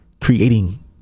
creating